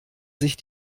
sich